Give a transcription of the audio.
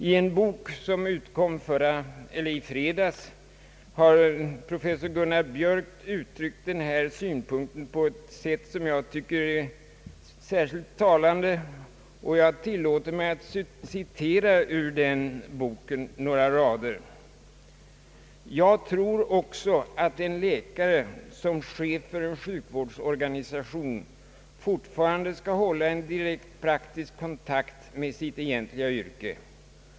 I en bok som utkom i fredags, har professor Gunnar Biörck uttryckt denna synpunkt på ett sätt som jag tycker är särskilt talande, och jag tillåter mig citera några rader ur den boken: »Jag tror också, att en läkare som chef för en sjukvårdsorganisation fortfarande skall hålla en direkt praktisk kontakt med sitt egentliga yrke.